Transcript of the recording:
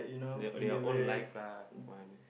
their their own life lah one